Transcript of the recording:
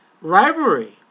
rivalry